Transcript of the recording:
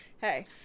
Hey